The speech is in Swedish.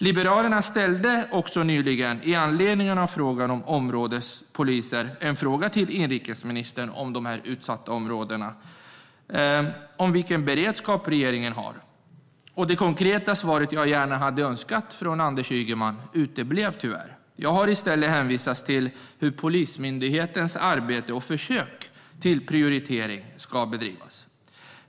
Liberalerna ställde med anledning av detta nyligen en fråga till inrikesministern om vilken beredskap regeringen har. Det konkreta svar jag hade önskat från Anders Ygeman uteblev tyvärr. Han hänvisade i stället till hur Polismyndighetens arbete och försök till prioritering ska bedrivas.